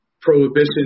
prohibition